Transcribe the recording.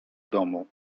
domu